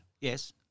Yes